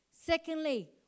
Secondly